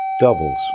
doubles